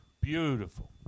Beautiful